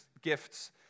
gifts